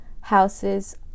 houses